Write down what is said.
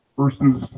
versus